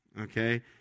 okay